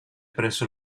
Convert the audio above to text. presso